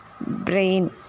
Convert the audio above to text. brain